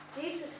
Jesus